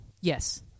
Yes